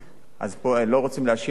אז פה לא רוצים להאשים אף אחד.